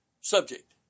subject